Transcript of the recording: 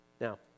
Now